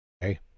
hey